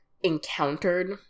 encountered